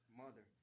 mother